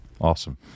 Awesome